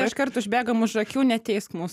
iškart užbėgam už akių neteisk mūs